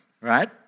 right